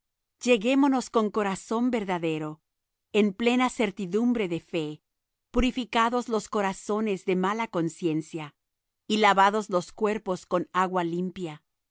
lleguémonos con corazón verdadero en plena certidumbre de fe purificados los corazones de mala conciencia y lavados los cuerpos con agua limpia